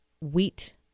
wheat